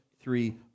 three